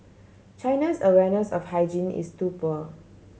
China's awareness of hygiene is too poor